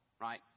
right